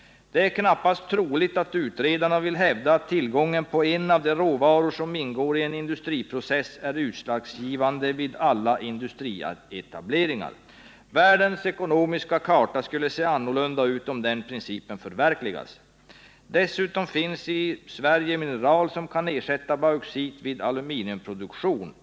Det är knappast troligt att utredarna vil! hävda att tillgången på en av de råvaror som ingår i en industriprocess är utslagsgivande vid alla industrietableringar. Världens ekonomiska karta 81 skulle se annorlunda ut om den principen förverkligades. Dessutom finns i Sverige mineral som kan ersätta bauxit vid aluminumproduktion.